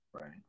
Right